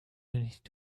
nicht